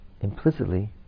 implicitly